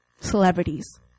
Celebrities